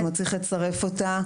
כלומר, צריך לצרף אותה.